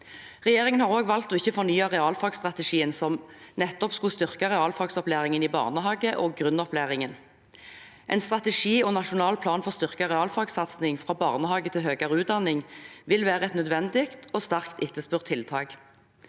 Regjeringen har også valgt å ikke fornye realfagsstrategien, som nettopp skulle styrke realfagsopplæringen i barnehage og grunnopplæringen. En strategi og en nasjonal plan for styrket realfagsatsing fra barnehage til høyere utdanning vil være et nødvendig og sterkt etterspurt tiltak.